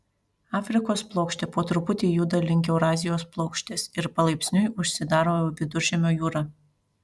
afrikos plokštė po truputį juda link eurazijos plokštės ir palaipsniui užsidaro viduržemio jūra